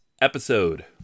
episode